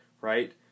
right